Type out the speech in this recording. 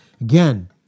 Again